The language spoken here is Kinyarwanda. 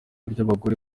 ry’abagore